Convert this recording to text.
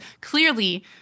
clearly